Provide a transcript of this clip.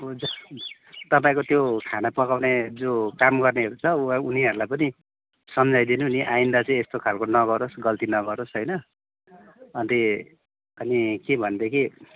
हुन्छ तपाईँको त्यो खाना पकाउने जो काम गर्नेहरू छ उनीहरूलाई पनि सम्झाइदिनु नि आइन्दा चाहिँ यस्तो खालको नगरोस् गल्ती नगरोस् होइन अन्त ए अनि के भनेदेखि